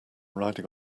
riding